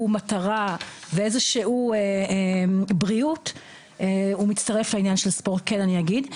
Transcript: מטרה ואיזשהו בריאות הוא מצטרף לעניין של ספורט כן אני אגיד.